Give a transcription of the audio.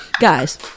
guys